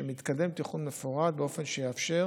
שמתקדם תכנון מפורט באופן שיאפשר